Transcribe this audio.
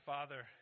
Father